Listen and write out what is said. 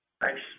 Thanks